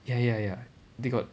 ya ya ya they got